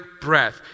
breath